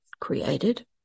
created